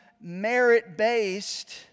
merit-based